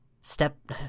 step